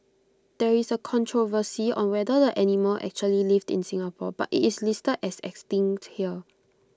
there is controversy on whether the animal actually lived in Singapore but IT is listed as 'Extinct' here